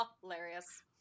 Hilarious